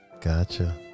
Gotcha